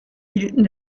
hielten